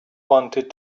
wanted